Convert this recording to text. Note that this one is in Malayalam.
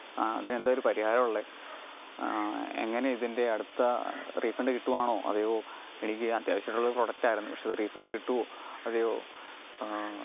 ആ അതിനെന്താ ഒരു പരിഹാരമുള്ള എങ്ങനെയാണ് ഇതിന്റെ അടുത്ത റീഫണ്ട് കിട്ടുവാണോ അതെയോ എനിക്ക് അത്യാവശ്യമായിട്ടുള്ള ഒരു പ്രോഡക്ട് ആയിരുന്നു പക്ഷേ ഇത് റീഫണ്ട് കിട്ടുമോ അതെയോ